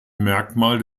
merkmal